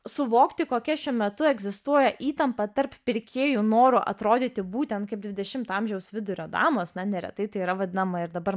suvokti kokia šiuo metu egzistuoja įtampa tarp pirkėjų noro atrodyti būtent kaip dvidešimto amžiaus vidurio damos na neretai tai yra vadinama ir dabar